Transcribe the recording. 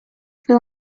fue